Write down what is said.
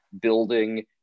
building